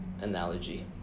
analogy